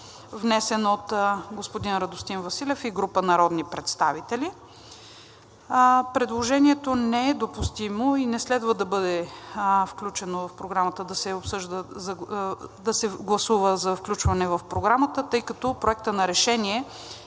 внесено от господин Радостин Василев и група народни представители. Предложението не е допустимо и не следва да бъде гласувано за включване в програмата, тъй като Проектът на решение